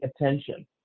attention